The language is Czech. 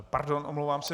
Pardon, omlouvám se.